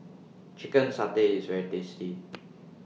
Chicken Satay IS very tasty